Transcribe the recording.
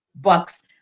Bucks